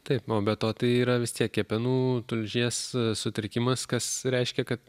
taip be to tai yra vis tiek kepenų tulžies sutrikimas kas reiškia kad